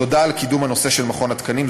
תודה על קידום הנושא של מכון התקנים,